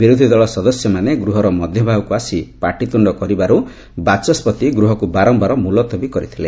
ବିରୋଧୀ ଦଳ ସଦସ୍ୟମାନେ ଗୃହର ମଧ୍ୟଭାଗକୁ ଆସି ପାଟିତୁଣ୍ଡ କରିବାରୁ ବାଚସ୍କତି ଗୃହକୁ ବାରମ୍ଭାର ମୁଲତବୀ କରିଥିଲେ